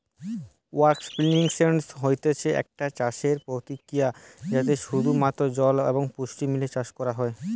aeroponics হতিছে একটা চাষসের প্রক্রিয়া যাতে শুধু মাত্র জল এবং পুষ্টি লিয়ে চাষ করা হয়